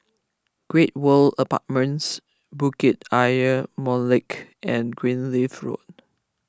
Great World Apartments Bukit Ayer Molek and Greenleaf Road